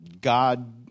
God